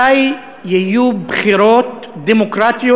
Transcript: מתי יהיו בחירות דמוקרטיות,